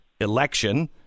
election